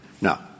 Now